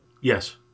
Yes